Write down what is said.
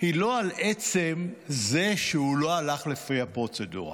היא לא על עצם זה שהוא לא הלך לפי הפרוצדורה,